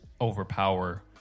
overpower